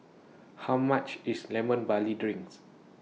How much IS Lemon Barley Drinks